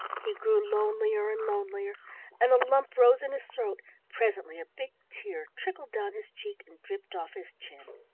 he grew lonelier and lonelier and a lump rose in his throat presently a big tear trickled down his cheek and dripped off his chin.